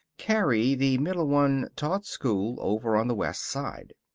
carrie, the middle one, taught school over on the west side.